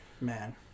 Man